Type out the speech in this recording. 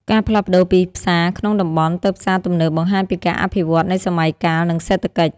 ការផ្លាស់ប្តូរពីផ្សារក្នុងតំបន់ទៅផ្សារទំនើបបង្ហាញពីការអភិវឌ្ឍនៃសម័យកាល និងសេដ្ឋកិច្ច។